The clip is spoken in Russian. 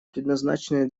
предназначенные